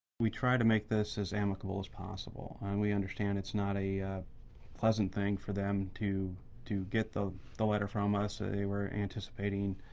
we try to make this as amicable as possible, and we understand it's not a pleasant thing for them to to get the the letter from us. they were anticipating,